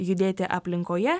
judėti aplinkoje